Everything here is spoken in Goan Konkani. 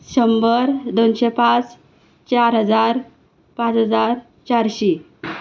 शंबर दोनशे पांच चार हजार पांच हजार चारशीं